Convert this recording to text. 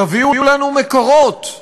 תביאו לנו מקורות,